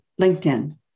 LinkedIn